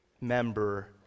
member